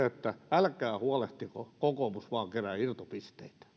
että älkää huolehtiko kokoomus vain kerää irtopisteitä